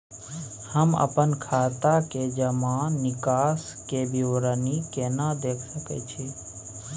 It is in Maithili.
हम अपन खाता के जमा निकास के विवरणी केना देख सकै छी?